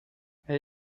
elle